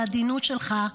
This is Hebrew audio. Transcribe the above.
בעדינות שלך,